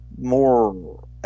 more